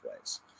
ways